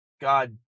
God